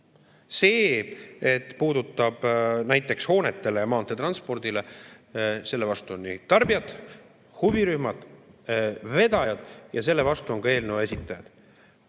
See puudutab näiteks hooneid ja maanteetransporti. Selle vastu on tarbijad, huvirühmad, vedajad ja selle vastu on ka eelnõu esitajad.